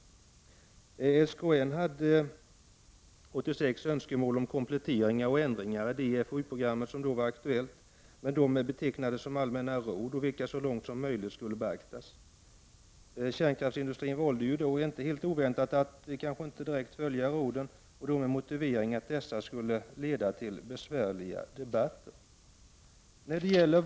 SKN framförde 1986 önskemål om kompletteringar och ändringar av det FOU-program som då var aktuellt, men de betecknades som allmänna råd, vilka så långt som möjligt skulle beaktas. Kärnkraftsindustrin valde då, inte helt oväntat, att inte direkt följa råden och då med motiveringen att det skulle leda till besvärliga debatter.